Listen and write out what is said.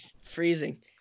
Freezing